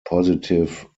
positive